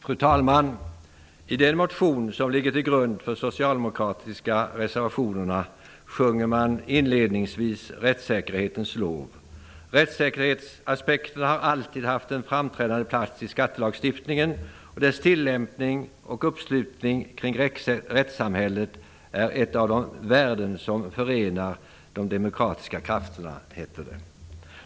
Fru talman! I den motion som ligger till grund för de socialdemokratiska reservationerna sjunger man inledningsvis rättssäkerhetens lov. Rättssäkerhetsaspekterna har alltid haft en framträdande plats i skattelagstiftningen, och dess tillämpning och uppslutning kring rättssamhället är ett av de värden som förenar de demokratiska krafterna.